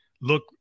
look